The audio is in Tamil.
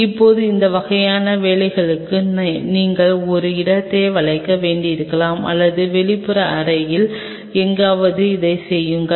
இப்போது இந்த வகையான வேலைகளுக்கு நீங்கள் ஒரு இடத்தை வளைக்க வேண்டியிருக்கலாம் அல்லது வெளிப்புற அறையில் எங்காவது அதைச் செய்யுங்கள்